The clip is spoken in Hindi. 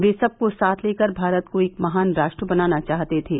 वे सबको साथ लेकर भारत को एक महान राष्ट्र बनाना चाहते थे